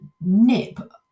nip